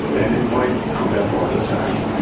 and it might prevent heart attack,